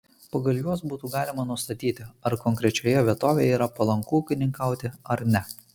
pagal juos būtų galima nustatyti ar konkrečioje vietovėje yra palanku ūkininkauti ar ne